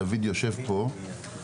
דוד יושב פה,